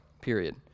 period